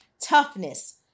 toughness